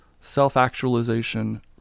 self-actualization